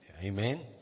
Amen